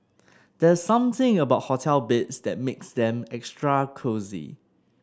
there's something about hotel beds that makes them extra cosy